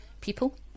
people